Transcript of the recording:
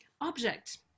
object